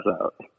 out